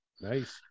Nice